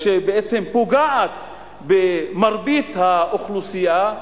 שבעצם פוגעת במרבית האוכלוסייה,